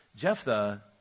Jephthah